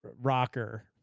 rocker